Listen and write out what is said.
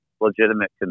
legitimate